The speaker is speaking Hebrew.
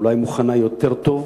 אולי מוכנה יותר טוב,